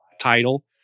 title